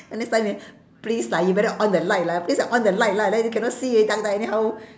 then next time you please lah you better on the light lah please lah on the light lah then you cannot see in the dark then anyhow